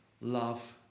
love